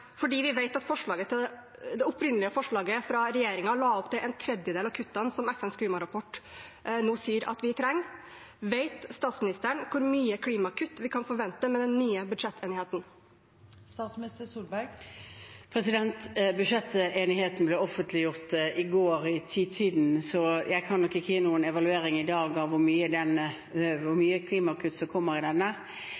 fordi vi vet at det opprinnelige forslaget fra regjeringen la opp til en tredjedel av kuttene som FNs klimarapport nå sier at vi trenger: Vet statsministeren hvor mye klimakutt vi kan forvente med den nye budsjettenigheten? Budsjettenigheten ble offentliggjort i går i 22-tiden, så jeg kan nok ikke i dag gi noen evaluering av hvor mye klimakutt som kommer ut av den.